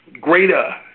Greater